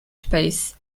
space